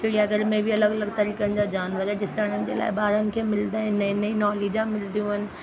चिड़ियाघर में बि अलॻि अलॻि तरीक़नि जा जानवर ॾिसण जे लाइ ॿारनि खे मिलंदा आहिनि नई नई नॉलेजा मिलदियूं आहिनि